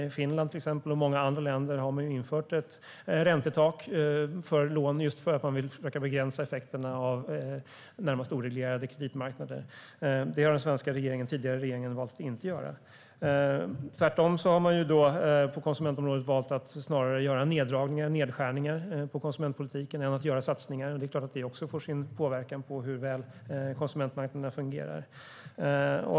I Finland, till exempel, och i många andra länder har man infört ett räntetak för lån just för att man vill försöka att begränsa effekterna av närmast oreglerade kreditmarknader. Det har den svenska tidigare regeringen valt att inte göra. Tvärtom har man på konsumentområdet valt att snarare göra nedskärningar på konsumentpolitiken i stället för att göra satsningar. Det är klart att det också påverkar hur väl konsumentmarknaderna fungerar.